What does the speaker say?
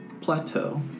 plateau